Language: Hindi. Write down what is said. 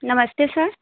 नमस्ते सर